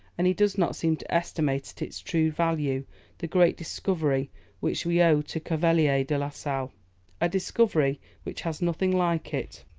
and he does not seem to estimate at its true value the great discovery which we owe to cavelier de la sale a discovery, which has nothing like it,